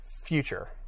future